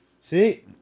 See